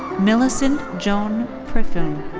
millicent joan pryphun.